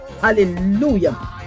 hallelujah